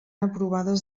aprovades